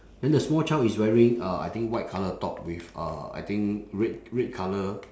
then the small child is wearing uh I think white colour top with uh I think red red colour